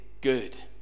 good